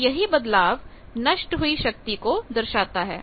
और यही बदलाव नष्ट हुई शक्ति को दर्शाता है